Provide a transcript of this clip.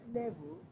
level